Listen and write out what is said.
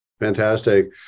Fantastic